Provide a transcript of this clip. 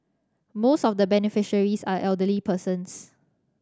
most of the beneficiaries are elderly persons